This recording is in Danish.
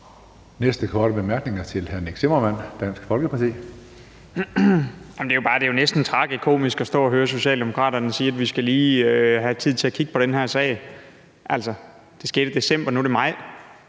Næste korte bemærkning er til hr. Nick Zimmermann, Dansk Folkeparti. Kl. 17:56 Nick Zimmermann (DF): Det er jo næsten tragikomisk at stå og høre Socialdemokraterne sige, at vi lige skal have tid til at kigge på den her sag. Altså, det skete i december, og nu er det maj.